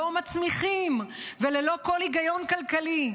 לא מצמיחים וללא כל היגיון כלכלי.